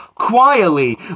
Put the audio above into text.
Quietly